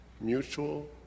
Mutual